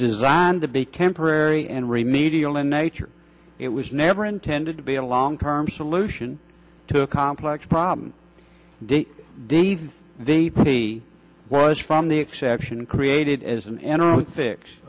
designed to be kemper airy and remedial in nature it was never intended to be a long term solution to a complex problem dave the p was from the exception created as an interim fix